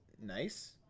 nice